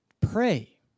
Pray